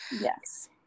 Yes